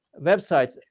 websites